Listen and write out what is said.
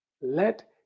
let